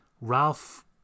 Ralph